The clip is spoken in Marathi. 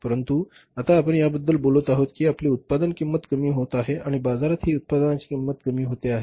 परंतु उदाहरणार्थ आता आपण याबद्दल बोलत आहोत की आपली उत्पादन किंमत कमी होत आहे आणि बाजारात ही उत्पादनाची किंमत कमी होते आहे